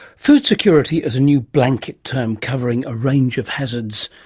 food security is a new blanket term covering a range of hazards.